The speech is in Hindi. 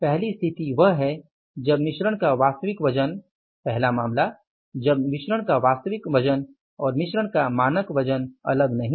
पहली स्थिति वह है जब मिश्रण का वास्तविक वजन पहला मामला जब मिश्रण का वास्तविक वजन और मिश्रण का मानक वजन अलग नहीं है